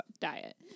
diet